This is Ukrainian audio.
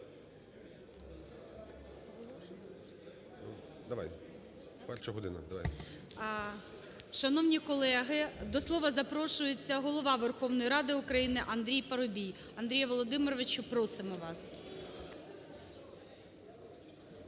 Шановні колеги, до слова запрошується Голова Верховної Ради України Андрій Парубій. Андрію Володимировичу, просимо вас.